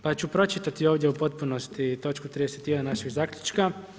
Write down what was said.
Pa ću pročitati ovdje u potpunosti točku 31. našeg zaključka.